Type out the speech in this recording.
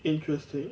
interesting